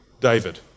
David